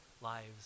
lives